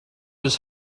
was